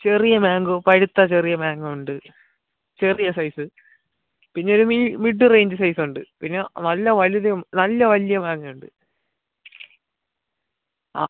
ചെറിയ മാങ്കോ പഴുത്ത ചെറിയ മാങ്ങോ ഉണ്ട് ചെറിയ സൈസ് പിന്നെ ഒരു മിഡ് റേഞ്ച് സൈസുണ്ട് പിന്നെ നല്ല വലുതും നല്ല വലിയ മാങ്ങയുണ്ട് അ